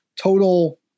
total